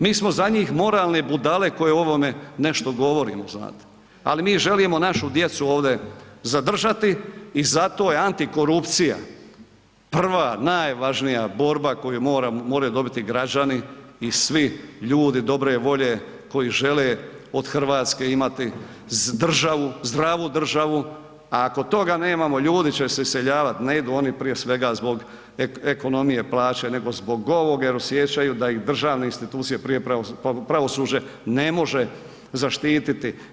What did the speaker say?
Mi smo za njih moralne budale koje o ovome nešto govorimo znate, ali mi želimo našu djecu ovdje zadržati i zato je antikorupcija prva najvažnija borba koju moraju dobiti građani i svi ljudi dobre volje koji žele od Hrvatske imati državu, zdravu državu, a ako toga nemamo ljudi će se iseljavati, ne idu oni prije svega zbog ekonomije plaće nego zbog ovog jer osjećaju da ih državne institucije, prije pravosuđe ne može zaštititi.